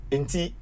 Inti